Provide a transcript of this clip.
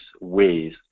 ways